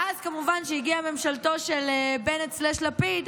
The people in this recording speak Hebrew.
אז כמובן שהגיעה ממשלתו של בנט-לפיד,